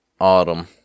autumn